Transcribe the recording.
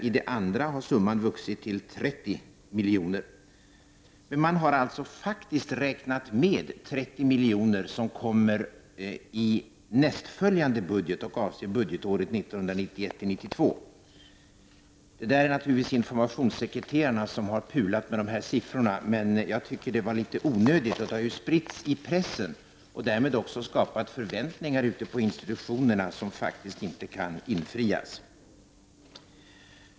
I det andra har summan vuxit till 30 miljoner. Man har faktiskt räknat med 30 miljoner som kommer i nästföljande budget och avser budgetåret 1991/92. Det är naturligtvis informationssekreterarna som har pulat med dessa siffror, men jag tycker att det är litet onödigt. Det har ju spritts i pressen och därmed ute på institutionerna skapat förväntningar som faktiskt inte kan infrias.